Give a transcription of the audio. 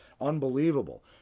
Unbelievable